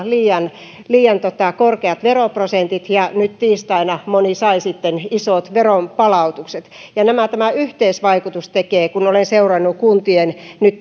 liian liian korkeat veroprosentit ja nyt tiistaina moni sai sitten isot veronpalautukset ja tämä yhteisvaikutus kun olen seurannut kuntien budjettikäsittelyjä nyt